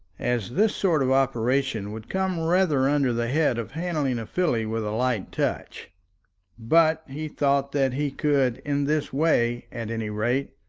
as this sort of operation would come rather under the head of handling a filly with a light touch but he thought that he could in this way, at any rate,